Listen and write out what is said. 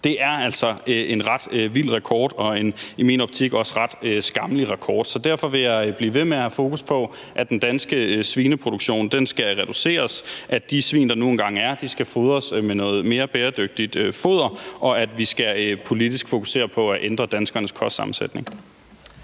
Det er altså en ret vild rekord og en i min optik også ret skammelig rekord. Så derfor vil jeg blive ved med at have fokus på, at den danske svineproduktion skal reduceres, at de svin, der nu engang er, skal fodres med noget mere bæredygtigt foder, og at vi politisk skal fokusere på at ændre danskernes kostsammensætning.